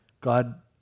God